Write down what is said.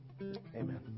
Amen